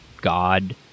God